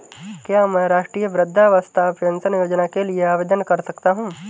क्या मैं राष्ट्रीय वृद्धावस्था पेंशन योजना के लिए आवेदन कर सकता हूँ?